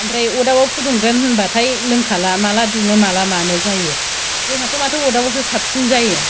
ओमफ्राय अरदाबाव फुदुंगोन होनबाथाय लोंखाला माला दुंनो माला मानो जायो जोंहाथ' माथो अरदाबावसो साबसिन जायो